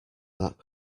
that